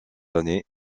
années